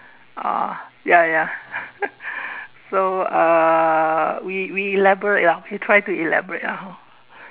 oh ya ya so uh we we elaborate lor we try to elaborate lah hor